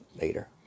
later